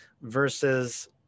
versus